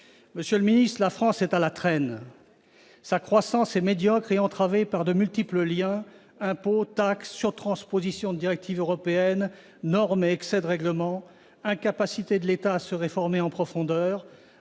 Monsieur le ministre, la France est à la traîne ! Sa croissance est médiocre et entravée par de multiples liens, impôts, taxes, surtranspositions de directives européennes, normes et excès de règlements, par l'incapacité de l'État à se réformer en profondeur